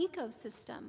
ecosystem